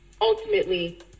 ultimately